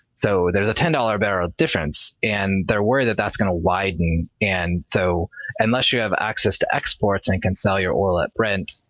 so there's a ten dollars a barrel difference. and they're worried that's going to widen. and so unless you have access to exports and can sell your oil at brent,